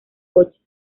coches